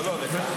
לא, לא, לך.